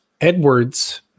Edwards